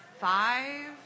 five